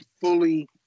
fully